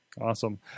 Awesome